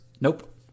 nope